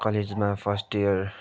कलेजमा first year